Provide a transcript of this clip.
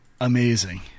amazing